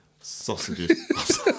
Sausages